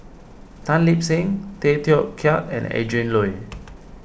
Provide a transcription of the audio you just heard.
Tan Lip Seng Tay Teow Kiat and Adrin Loi